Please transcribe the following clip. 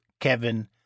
Kevin